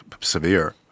severe